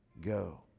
go